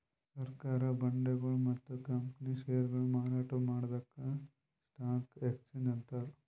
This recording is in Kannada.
ಸರ್ಕಾರ್ ಬಾಂಡ್ಗೊಳು ಮತ್ತ್ ಕಂಪನಿ ಷೇರ್ಗೊಳು ಮಾರಾಟ್ ಮಾಡದಕ್ಕ್ ಸ್ಟಾಕ್ ಎಕ್ಸ್ಚೇಂಜ್ ಅಂತಾರ